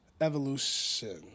Evolution